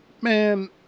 man